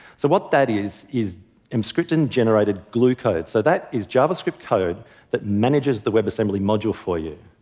so what that is is emscripten generated glue code. so that is javascript code that manages the webassembly module for you.